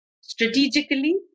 Strategically